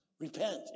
Repent